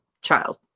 child